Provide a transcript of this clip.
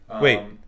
Wait